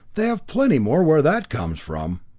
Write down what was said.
they have plenty more where that comes from.